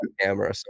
camera